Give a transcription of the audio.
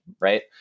Right